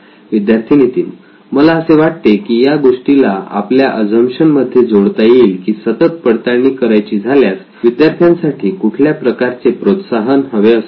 विद्यार्थी नितीन मला असे वाटते की या गोष्टीला आपल्या अझम्पशन मध्ये जोडता येईल की सतत पडताळणी करावयाची झाल्यास विद्यार्थ्यांसाठी कुठल्या प्रकारचे प्रोत्साहन हवे असेल